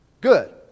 Good